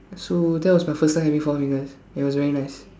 so that was my first time having four fingers and it was very nice